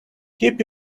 keep